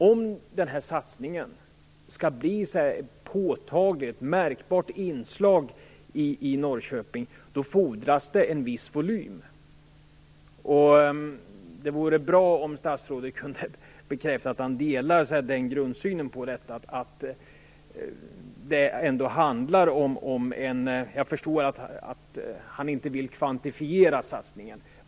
Om satsningen skall bli ett påtagligt och märkbart inslag i Norrköping fordras en viss volym. Det vore bra om statsrådet kunde bekräfta att han delar den grundsynen. Jag förstår att han inte vill kvantifiera satsningen.